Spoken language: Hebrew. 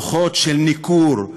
רוחות של ניכור,